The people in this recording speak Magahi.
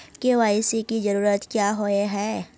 के.वाई.सी की जरूरत क्याँ होय है?